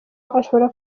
ashobora